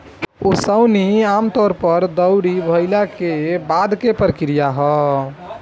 ओसवनी आमतौर पर दौरी भईला के बाद के प्रक्रिया ह